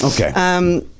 Okay